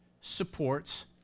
supports